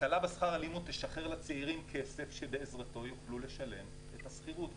ההקלה בשכר הלימוד תשחרר לצעירים כסף שבעזרתו יוכלו לשלם את השכירות.